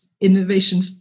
innovation